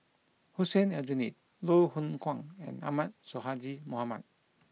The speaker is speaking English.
Hussein Aljunied Loh Hoong Kwan and Ahmad Sonhadji Mohamad